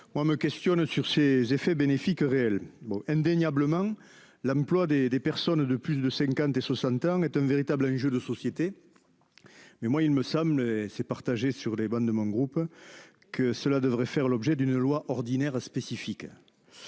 Moi me questionne sur ses effets bénéfiques réel bon indéniablement. L'emploi des, des personnes de plus de 50 et 60 ans, est un véritable enjeu de société. Mais moi il me semble c'est partagé sur les bancs de mon groupe. Que cela devrait faire l'objet d'une loi ordinaire spécifique.